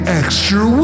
extra